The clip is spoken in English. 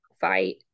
fight